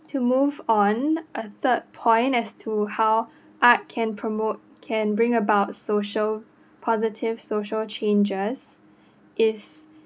to move on a third point as to how art can promote can bring about social positive social changes is